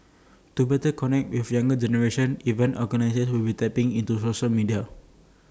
to better connect with the younger generation event organisers will be tapping into social media